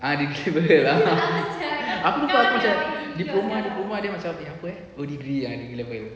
ah degree holder abeh aku fikir aku fikir diploma diploma then macam apa eh oh degree level